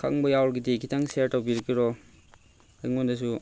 ꯈꯪꯕ ꯌꯥꯎꯔꯒꯗꯤ ꯈꯤꯇꯪ ꯁꯤꯌꯔ ꯇꯧꯕꯤꯔꯛꯀꯦꯔꯣ ꯑꯩꯉꯣꯟꯗꯁꯨ